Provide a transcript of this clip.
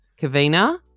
Kavina